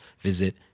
visit